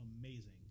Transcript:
amazing